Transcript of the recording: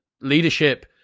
leadership